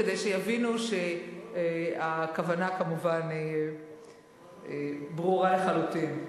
כדי שיבינו שהכוונה כמובן ברורה לחלוטין.